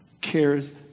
cares